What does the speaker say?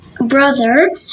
brother